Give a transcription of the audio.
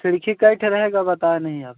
खिड़की कै ठो रहेगा बताए नहीं आप